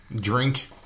drink